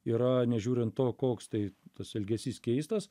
yra nežiūrint to koks tai tas elgesys keistas